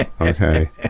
Okay